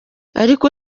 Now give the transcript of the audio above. ariko